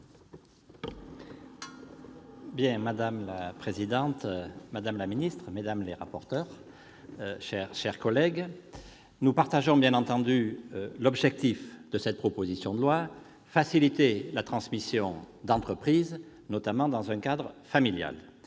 Madame la présidente, madame la secrétaire d'État, mesdames les rapporteurs, mes chers collègues, nous partageons bien entendu l'objectif de cette proposition de loi, à savoir faciliter la transmission d'entreprises, notamment dans un cadre familial.